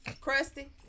Crusty